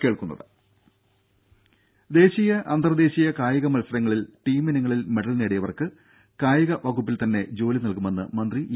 രുഭ ദേശീയ അന്തർദേശീയ കായിക മത്സരങ്ങളിൽ ടീമിനങ്ങളിൽ മെഡൽ നേടിയവർക്ക് കായിക വകുപ്പിൽ തന്നെ ജോലി നൽകുമെന്ന് മന്ത്രി ഇ